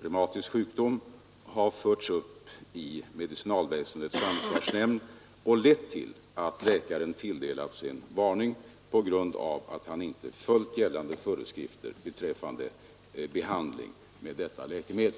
reumatisk sjukdom, har förts upp i medicinalväsendets ansvarsnämnd och lett till att ifrågavarande läkare tilldelats en varning för att han inte följt gällande föreskrifter beträffande behandling med detta läkemedel.